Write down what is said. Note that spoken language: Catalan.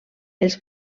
els